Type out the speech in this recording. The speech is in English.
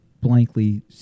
blankly